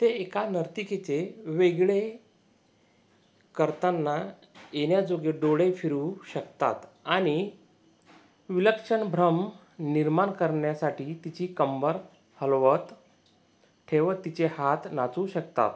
ते एका नर्तिकेचे वेगळे करता येण्याजोगे डोके फिरवू शकतात आणि विलक्षण भ्रम निर्माण करण्यासाठी तिची कंबर हलवत ठेवत तिचे हात नाचवू शकतात